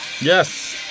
Yes